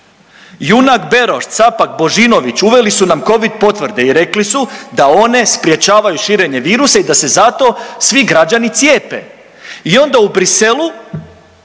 Junak Beroš, Capac, Božinović uveli su nam Covid potvrde i rekli su da one sprječavaju širenje virusa i da se zato svi građani cijepe. I onda u Bruxellesu